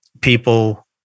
people